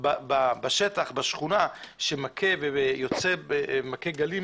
שמכה גלים,